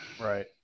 Right